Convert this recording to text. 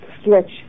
stretch